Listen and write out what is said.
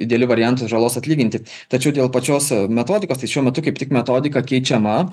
idealiu variantu žalos atlyginti tačiau dėl pačios metodikos tai šiuo metu kaip tik metodika keičiama